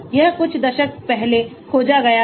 यह कुछ दशक पहले खोजा गया था